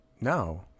no